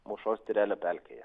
mūšos tyrelio pelkėje